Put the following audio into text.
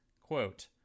Quote